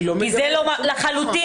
אני לא מגמדת מקרים אחרים.